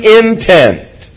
intent